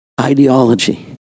ideology